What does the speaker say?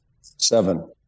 seven